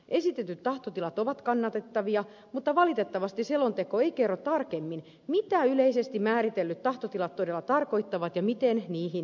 esitetyt tahtotilat ovat kannatettavia mutta valitettavasti selonteko ei kerro tarkemmin mitä yleisesti määritellyt tahtotilat todella tarkoittavat ja miten niihin päästään